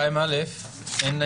2א - אין